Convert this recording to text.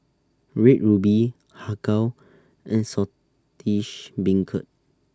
Red Ruby Har Kow and Saltish Beancurd